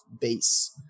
base